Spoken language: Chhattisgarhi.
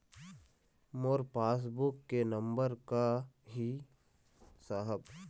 मोर पास बुक के नंबर का ही साहब?